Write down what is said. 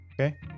Okay